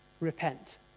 repent